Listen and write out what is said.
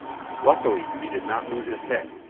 luckily, he did not lose his head,